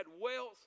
wealth